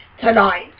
Tonight